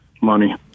money